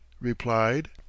replied